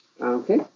Okay